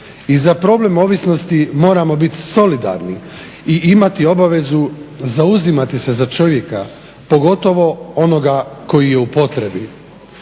i za problem ovisnosti moramo biti solidarni, i imati obavezu zauzimati se za čovjeka, pogotovo onoga koji je u potrebi.